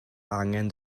angen